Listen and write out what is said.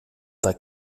that